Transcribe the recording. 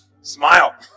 Smile